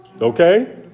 okay